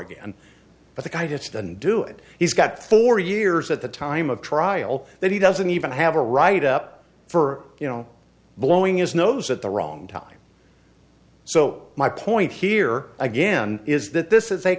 again but the guy just and do it he's got four years at the time of trial that he doesn't even have a write up for you know blowing his nose at the wrong time so my point here again is that this is